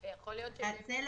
זה לא